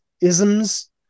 isms